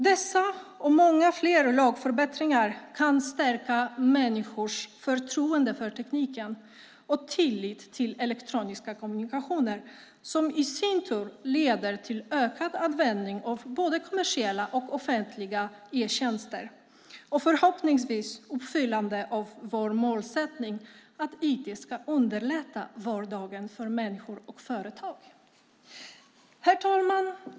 Dessa och många fler lagförbättringar kan stärka människors förtroende för tekniken samt tilliten till elektroniska kommunikationer som i sin tur leder till ökad användning av både kommersiella och offentliga e-tjänster och förhoppningsvis till uppfyllande av vår målsättning att IT ska underlätta vardagen för människor och företag. Herr talman!